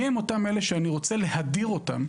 מי הם אותם אלה שאנחנו רוצים להדיר אותם,